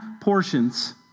portions